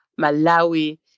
Malawi